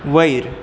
वयर